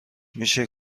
میشه